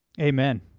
Amen